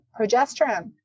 progesterone